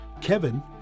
Kevin